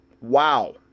Wow